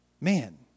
man